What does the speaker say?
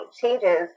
changes